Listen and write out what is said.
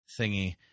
thingy